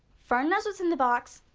fern knows what is in the box.